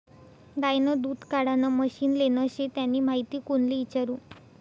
गायनं दूध काढानं मशीन लेनं शे त्यानी माहिती कोणले इचारु?